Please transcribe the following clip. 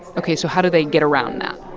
ok, so how do they get around that?